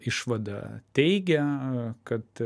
išvada teigia kad